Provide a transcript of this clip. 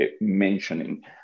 mentioning